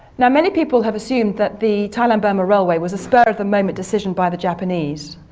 now many people have assumed that the thailand-burma railway was a spur of the moment decision by the japanese.